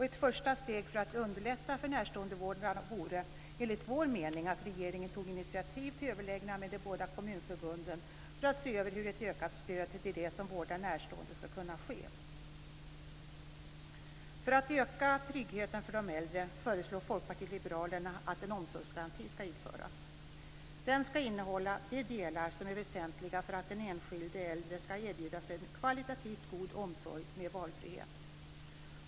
Ett första steg för att underlätta för närståendevårdarna vore, enligt vår mening, att regeringen tog initiativ till överläggningar med de båda kommunförbunden för att se över hur ett ökat stöd till dem som vårdar närstående ska kunna ges. Den ska innehålla de delar som är väsentliga för att den enskilde äldre ska erbjudas en kvalitativt god omsorg med valfrihet.